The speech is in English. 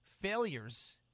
failures